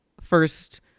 first